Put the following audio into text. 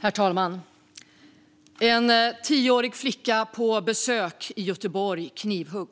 Herr talman! En tioårig flicka som var på besök i Göteborg blev knivhuggen.